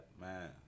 man